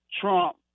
Trump